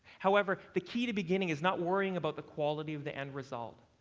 however, the key to beginning is not worrying about the quality of the end result.